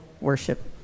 worship